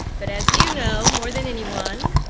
but as you know, more than anyone,